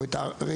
או את הרגש.